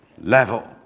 level